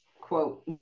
quote